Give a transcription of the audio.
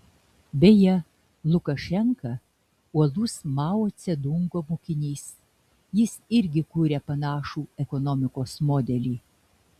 beje lukašenka uolus mao dzedungo mokinys jis irgi kuria panašų ekonomikos modelį